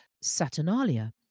Saturnalia